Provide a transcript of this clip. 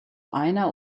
einer